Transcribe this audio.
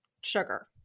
sugar